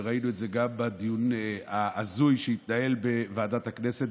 וראינו את זה גם בדיון ההזוי שהתנהל בוועדת הכנסת,